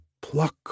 pluck